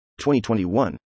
2021